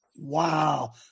Wow